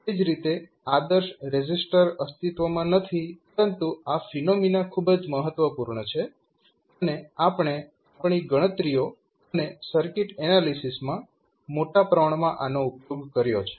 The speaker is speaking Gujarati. એ જ રીતે આદર્શ રેઝિસ્ટર અસ્તિત્વમાં નથી પરંતુ આ ફિનોમિના ખૂબ જ મહત્વપૂર્ણ છે અને આપણે આપણી ગણતરીઓ અને સર્કિટ એનાલિસીસમાં મોટા પ્રમાણમાં આનો ઉપયોગ કર્યો છે